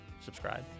Subscribe